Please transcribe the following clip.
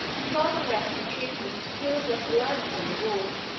and while the rest retreated he was left alone upon the wall,